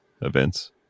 events